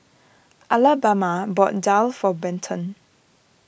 Alabama bought Daal for Benton